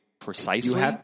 precisely